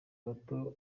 bato